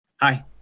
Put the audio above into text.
Hi